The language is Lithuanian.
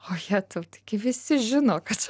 o jetau tigi visi žino kad